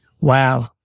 Wow